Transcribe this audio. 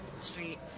Street